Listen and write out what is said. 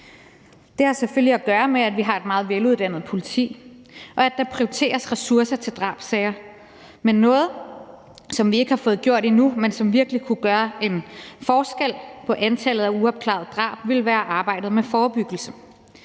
Det har selvfølgelig noget at gøre med, at vi har et meget veluddannet politi, og at der prioriteres ressourcer til drabssager. Men noget, som vi ikke har fået gjort endnu, men som virkelig kunne gøre en forskel i forhold til antallet af uopklarede drab, ville være arbejdet med forebyggelse.